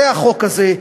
החוק הזה,